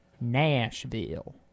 Nashville